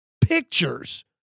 pictures